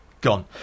gone